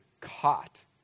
caught